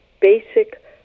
basic